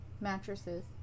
mattresses